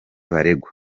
baregwa